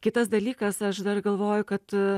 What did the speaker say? kitas dalykas aš dar galvoju kad